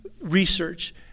research